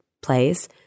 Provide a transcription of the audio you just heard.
plays